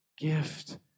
gift